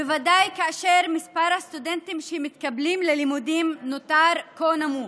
בוודאי כאשר מספר הסטודנטים שמתקבלים ללימודים נותר כה נמוך.